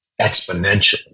exponentially